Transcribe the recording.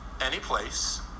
anyplace